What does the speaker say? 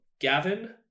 Gavin